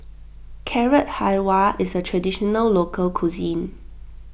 Carrot Halwa is a Traditional Local Cuisine